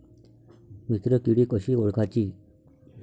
मित्र किडी कशी ओळखाची?